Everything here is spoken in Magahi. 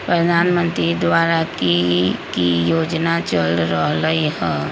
प्रधानमंत्री द्वारा की की योजना चल रहलई ह?